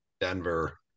Denver